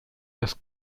das